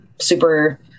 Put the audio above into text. super